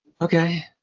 Okay